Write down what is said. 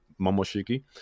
Momoshiki